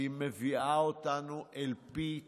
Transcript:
כי היא מביאה אותנו אל פי תהום,